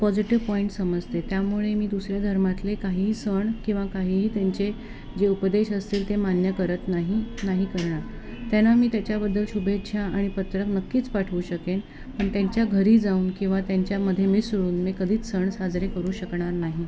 positive point समजते त्यामुळे मी दुसऱ्या धर्मातले काहीही सण किंवा काहीही त्यांचे जे उपदेश असतील ते मान्य करत नाही नाही करणार त्यांना मी त्याच्याबद्दल शुभेच्छा आणि पत्रक नक्कीच पाठवू शकेन पण त्यांच्या घरी जाऊन किंवा त्यांच्यामध्ये मिसळून मी कधीच सण साजरे करू शकणार नाही